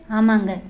ஆமாங்க